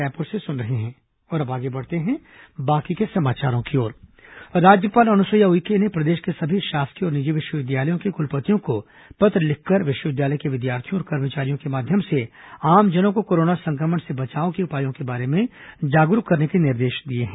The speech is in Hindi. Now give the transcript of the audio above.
राज्यपाल पत्र राज्यपाल अनुसुईया उइके ने प्रदेश के सभी शासकीय और निजी विश्वविद्यालयों के कुलपतियों को पत्र लिखकर विश्वविद्यालय के विद्यार्थियों और कर्मचारियों के माध्यम से आमजनों को कोरोना संक्रमण से बचाव के उपायों के बारे में जागरूक करने के निर्देश दिए हैं